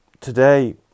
today